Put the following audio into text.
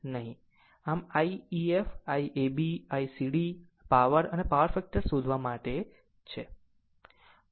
આમ I ef Iab ICd power અને power factor શોધવા માટે છે